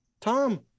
Tom